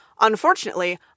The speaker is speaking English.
Unfortunately